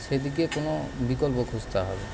সেদিকে কোনো বিকল্প খুঁজতে হবে